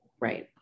Right